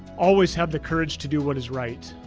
always have the courage to do what is right.